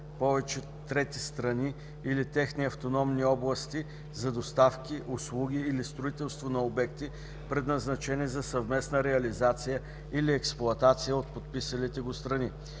повече трети страни или техни автономни области за доставки, услуги или строителство на обекти, предназначени за съвместна реализация или експлоатация от подписалите го страни;